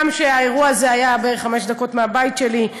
גם כי האירוע הזה היה בערך חמש דקות מהבית שלי: